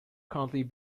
currently